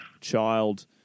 child